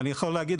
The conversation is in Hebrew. אני יכול להגיד,